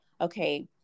okay